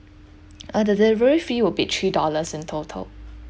uh the delivery fee will be three dollars in total